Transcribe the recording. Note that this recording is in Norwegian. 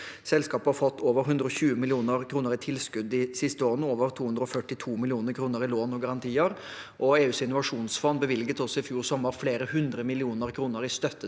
Selskapet har fått over 120 mill. kr i tilskudd de siste årene og over 242 mill. kr i lån og garantier. EUs innovasjonsfond bevilget også i fjor sommer flere hundre millioner kroner i støtte til